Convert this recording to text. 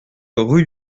rue